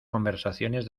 conversaciones